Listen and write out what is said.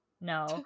no